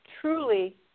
truly